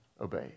obey